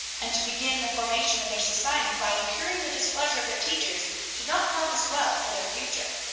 and to begin the formation of their society by incurring the displeasure of their teachers did not promise well for their future.